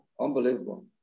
Unbelievable